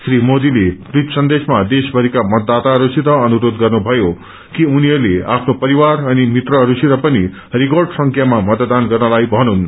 श्री मोदीले ट्वीट सन्देशमा देश भरिका मतदाताहरूसित अनुरोध गर्नु भयो कि उनीहरूले आफ्नो परिवार अनि मित्रहरूसित पनि रिकड संख्यामा मतदान गर्नलाई भन्न्